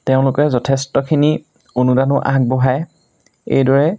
তেওঁলোকে যথেষ্টখিনি অনুদানো আগবঢ়ায় এইদৰে